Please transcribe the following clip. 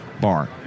bar